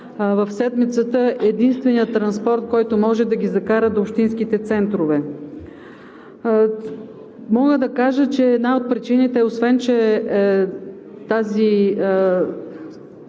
в седмицата единствения транспорт, който може да ги закара до общинските центрове. Мога да кажа, че една от причините, освен че тази